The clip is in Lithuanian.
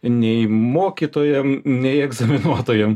nei mokytojam nei egzaminuotojam